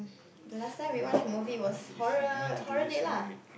the last time we watch a movie was horror horror date lah